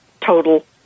total